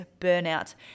burnout